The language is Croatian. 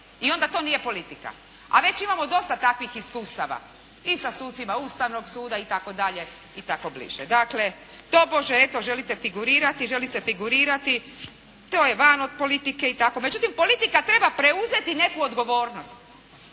I onda to nije politika. A već imamo dosta takvih iskustava, i sa sucima Ustavnog suda i tako dalje i tako bliže. Dakle, tobože eto želite figurirati, želi se figurirati to je van od politike i tako. Međutim, politika treba preuzeti neku odgovornost